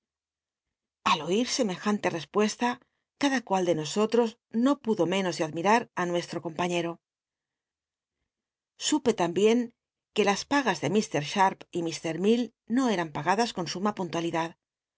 al oír semejante rcspue ta cada ua l de no o ltos no lllhio menos de mlutitar ü lll tcslto compaií cro supe tamhicn que las pagas de ir sharp y h lcll no cran l agadas con suma puntualidad